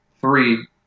Three